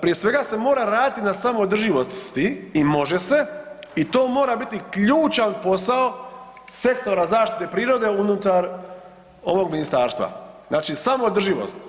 Prije svega se mora raditi na samoodrživosti i može se i to mora biti ključan posao sektora zaštite prirode unutar ovog ministarstva, znači samo održivost.